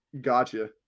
gotcha